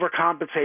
overcompensate